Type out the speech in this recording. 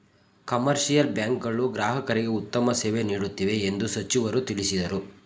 commercial bank ಗಳು ಗ್ರಾಹಕರಿಗೆ ಉತ್ತಮ ಸೇವೆ ನೀಡುತ್ತಿವೆ ಎಂದು ಸಚಿವರು ತಿಳಿಸಿದರು